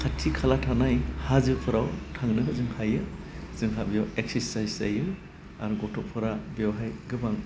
खाथि खाला थानाय हाजोफोराव थांनो जों हायो जोंहा बेयाव एक्सारसाइस जायो आं गथ'फोरा बेयावहाय गोबां